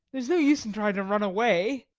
there's no use in trying to run away.